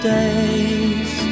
days